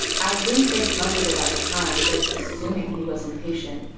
i didn't think much of it at the time, just assuming he was impatient.